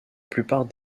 plupart